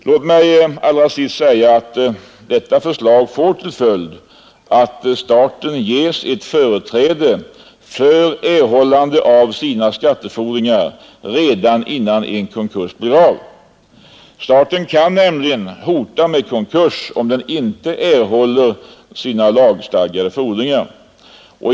Låt mig allra sist säga, att detta förslag får till följd att staten ges ett företräde för erhållande av sina skattefordringar redan innan en konkurs blir av. Staten kan nämligen hota med konkurs, om den inte erhåller sina lagstadgade fordringar.